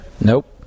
Nope